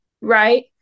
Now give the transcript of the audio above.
Right